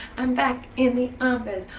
i'm back in the office,